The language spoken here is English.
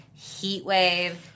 Heatwave